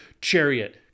chariot